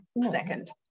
second